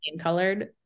colored